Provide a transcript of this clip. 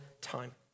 time